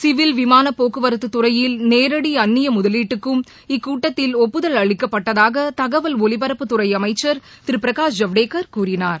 சிவில ்விமான போக்குவரத்துத் துறையில் நேரடி அந்நிய முதலீட்டுக்கும் இக்கூட்டத்தில் ஒப்புதல் அளிக்கப்பட்டதாக தகவல் ஒலிபரப்புத்துறை அமைச்சர் திரு பிரகாஷ் ஜவடேக்கர் கூறினார்